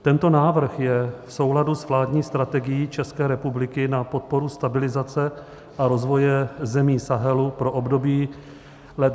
Tento návrh je v souladu s vládní strategií České republiky na podporu stabilizace a rozvoje zemí Sahelu pro období let 2018 až 2021.